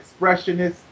expressionist